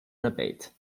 rabbit